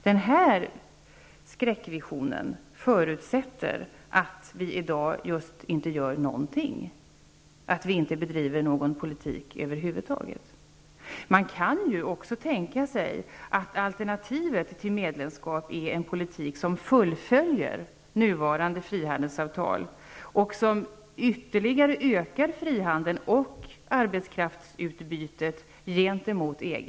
Den här skräckvisionen förutsätter att vi i dag inte gör någonting och inte bedriver någon politik över huvud taget. Man kan också tänka sig att alternativet till medlemskap är en politik som fullföljer nuvarande frihandelsavtal och som ytterligare ökar frihandeln och arbetskraftsutbytet gentemot EG.